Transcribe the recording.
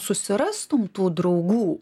susirastum tų draugų